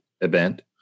event